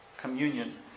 communion